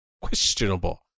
questionable